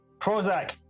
prozac